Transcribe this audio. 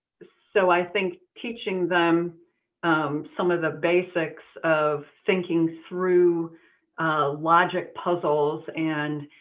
so i think teaching them some of the basics of thinking through logic puzzles, and